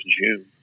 June